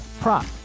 prop